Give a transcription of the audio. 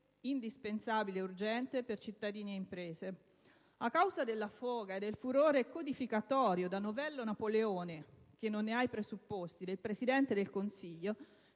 indispensabile per cittadini ed imprese. A causa della foga e del furore codificatorio da novello Napoleone - senza averne i presupposti - del Presidente del Consiglio,